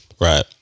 Right